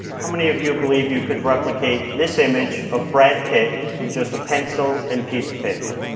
how many of you believe you could replicate this image of brad pitt with just a pencil and piece of paper?